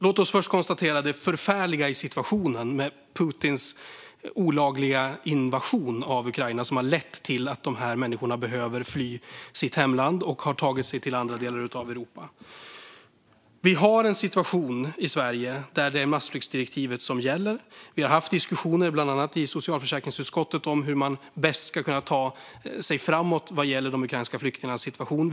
Låt oss först konstatera det förfärliga i situationen med Putins olagliga invasion av Ukraina, som har lett till att dessa människor har behövt fly sitt hemland och ta sig till andra delar av Europa. Vi har en situation i Sverige där det är massflyktsdirektivet som gäller. Vi har haft diskussioner i bland annat socialförsäkringsutskottet om hur man bäst ska ta sig framåt vad gäller de ukrainska flyktingarnas situation.